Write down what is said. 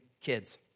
kids